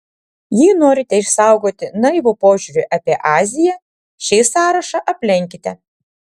jei norite išsaugoti naivų požiūrį apie aziją šį sąrašą aplenkite